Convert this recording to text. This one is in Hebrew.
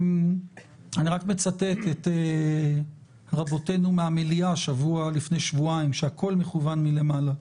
אני רק מצטט את רבותינו מן המליאה לפני שבוע שאמרו שהכול מכוון מלמעלה,